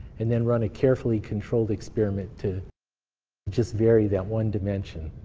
and then run a carefully controlled experiment to just vary that one dimension.